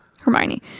Hermione